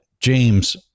James